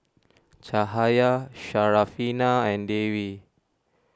Cahaya Syarafina and Dewi